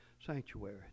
sanctuary